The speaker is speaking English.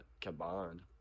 combined